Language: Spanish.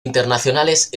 internacionales